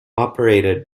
operated